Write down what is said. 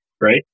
right